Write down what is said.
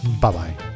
Bye-bye